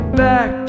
back